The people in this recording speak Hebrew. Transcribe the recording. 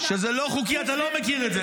כי זה היה מכספי הציבור.